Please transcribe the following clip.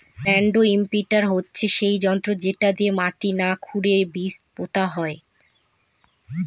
land imprinter হচ্ছে সেই যন্ত্র যেটা দিয়ে মাটিকে না খুরেই বীজ পোতা হয়